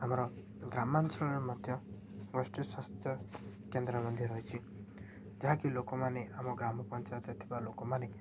ଆମର ଗ୍ରାମାଞ୍ଚଳରେ ମଧ୍ୟ ଗୋଷ୍ଠୀ ସ୍ୱାସ୍ଥ୍ୟ କେନ୍ଦ୍ର ମଧ୍ୟ ରହିଛି ଯାହାକି ଲୋକମାନେ ଆମ ଗ୍ରାମ ପଞ୍ଚାୟତରେ ଥିବା ଲୋକମାନେ